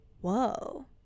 Whoa